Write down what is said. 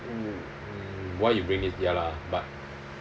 mm why you bring it ya lah but